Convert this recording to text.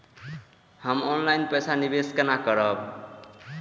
हम ऑनलाइन पैसा निवेश केना करब?